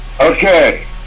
Okay